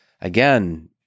again